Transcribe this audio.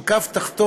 עם קו תחתון,